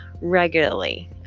regularly